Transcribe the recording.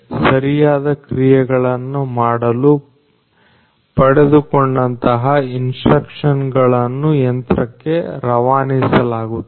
ಸರಿಯಾದ ಕ್ರಿಯೆಗಳನ್ನ ಮಾಡಲು ಪಡೆದುಕೊಂಡಂತಹ ಇನ್ಸ್ಟ್ರಕ್ಷನ್ಗಳನ್ನು ಯಂತ್ರಕ್ಕೆ ರವಾನಿಸಲಾಗುತ್ತದೆ